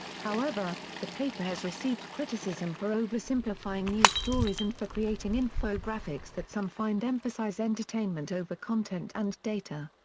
however, the paper has received criticism for oversimplifying news stories and for creating infographics that some find emphasize entertainment over content and data.